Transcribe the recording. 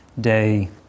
day